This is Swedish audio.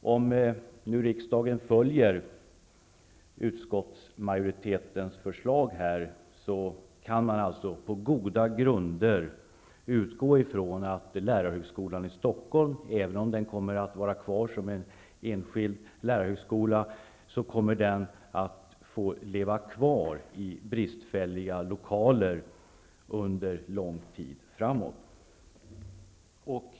Om nu riksdagen följer utskottsmajoritetens förslag kan man på goda grunder utgå ifrån att lärarhögskolan i Stockholm, även om den kommer att vara kvar som en enskild lärarhögskola, får leva kvar i bristfälliga lokaler under lång tid framöver.